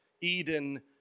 Eden